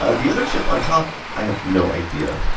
ah the other chip on top, i have no idea.